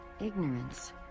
ignorance